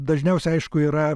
dažniausiai aišku yra